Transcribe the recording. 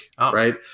right